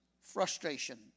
frustration